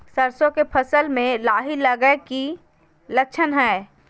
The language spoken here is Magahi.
सरसों के फसल में लाही लगे कि लक्षण हय?